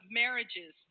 marriages